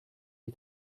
die